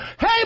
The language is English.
hey